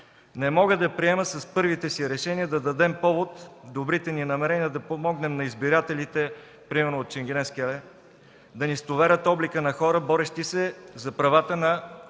Не мога да приема с първите си решения да дадем повод добрите ни намерения да помогнем да избирателите, примерно от Ченгене скеле, да ни стоварят облика на хора, борещи се за правата на закононарушителите